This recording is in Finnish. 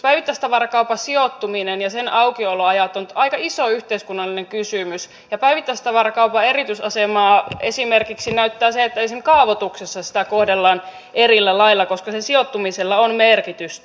päivittäistavarakaupan sijoittuminen ja aukioloajat ovat aika iso yhteiskunnallinen kysymys ja päivittäistavarakaupan erityisaseman näyttää esimerkiksi se että kaavoituksessa sitä kohdellaan eri lailla koska sen sijoittumisella on merkitystä